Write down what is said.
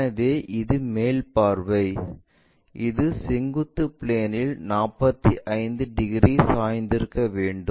எனவே இது மேல் பார்வை இது செங்குத்து பிளேன் இல் 45 டிகிரி சாய்ந்திருக்க வேண்டும்